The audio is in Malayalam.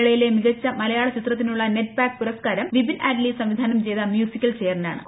മേളയിലെ മികച്ച മലയാള ചിത്രത്തിനുള്ള സ്റ്റ്പ്പാക് പുരസ്കാരം വിപിൻ ആറ്റ്ലി സംവിധാനം ചെയ്ത മൃഗ്ലിക്കൽ ചെയറിനാണ്